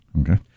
okay